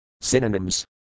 Synonyms